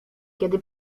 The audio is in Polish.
kiedy